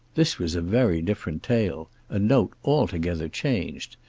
this was a very different tale a note altogether changed!